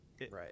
Right